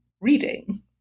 reading